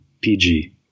PG